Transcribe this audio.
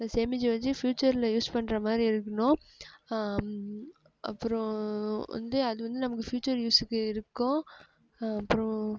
சேமிச்சு வெச்சு ஃப்யூச்சரில் யூஸ் பண்ணுற மாதிரி இருக்கணும் அப்புறம் வந்து அது வந்து நமக்கு ஃப்யூச்சர் யூஸுக்கு இருக்கும் அப்புறம்